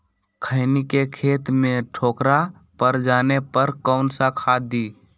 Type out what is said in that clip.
खैनी के खेत में ठोकरा पर जाने पर कौन सा खाद दी?